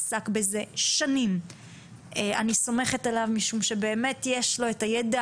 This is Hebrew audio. עסק בזה שנים ואני סומכת עליו משום שבאמת יש לו את הידע